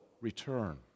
return